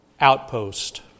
outpost